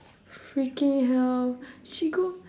freaking hell she go